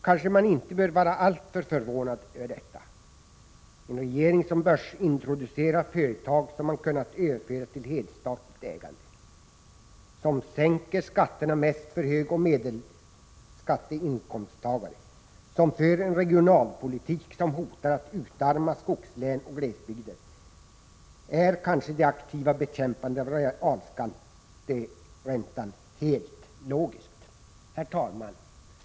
Kanske man inte bör vara alltför förvånad över detta: för en regering som börsintroducerar företag som man kunnat överföra till helstatligt ägande, som sänker skatterna mest för högoch medelinkomsttagare och som för en regionalpolitik som hotar att utarma skogslän och glesbygder är kanske det aktiva bekämpandet av realränteskatten helt logiskt. Herr talman!